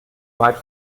weit